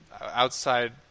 outside